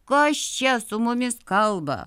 kas čia su mumis kalba